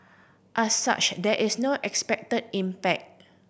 as such there is no expected impact